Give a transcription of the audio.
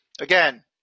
again